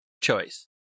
choice